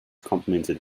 complimented